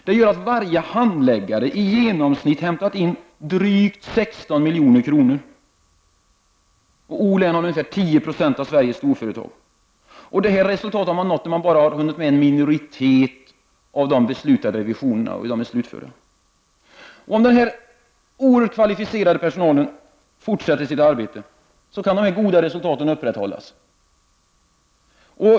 Det gör att varje handläggare i genomsnitt hämtat in drygt 16 milj.kr. O-länet har ca 10 20 av Sveriges storföretag. Resultatet har förvaltningen uppnått, trots att bara en minoritet av de beslutade revisionerna är slutförda. Om denna oerhört kvalificerade personal fortsätter sitt arbete, kan också dessa goda resultat upprätthållas.